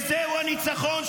איזהו ניצחון,